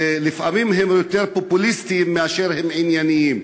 שלפעמים הם יותר פופוליסטיים מאשר ענייניים.